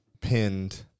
pinned